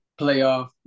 playoff